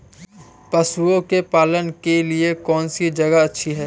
पशुओं के पालन के लिए कौनसी जगह अच्छी है?